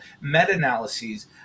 meta-analyses